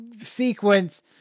sequence